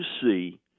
see